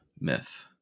myth